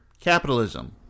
Capitalism